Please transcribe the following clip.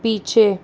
पीछे